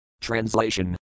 Translation